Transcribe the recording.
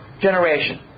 generation